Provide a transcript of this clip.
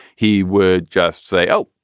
he would just say, oh,